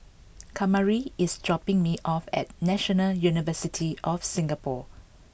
Kamari is dropping me off at National University of Singapore